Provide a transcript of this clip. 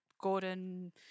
Gordon